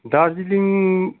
Darjeeling